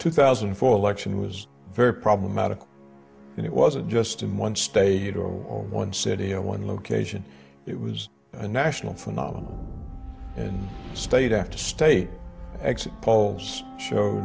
two thousand and four election was very problematic and it wasn't just in one state or one city one location it was a national phenomenon and state after state exit polls show